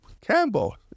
Campbell